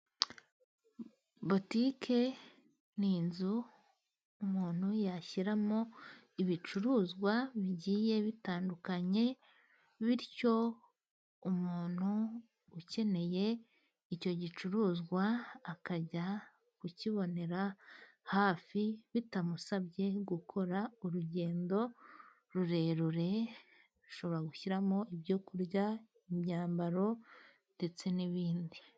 Butike ni inzu umuntu yashyiramo ibicuruzwa bigiye bitandukanye, bityo umuntu ukeneye icyo gicuruzwa akajya kukibonera hafi bitamusabye gukora urugendo rurerure. Ashobora gushyiramo ibyo kurya, imyambaro ndetse n'ibindi.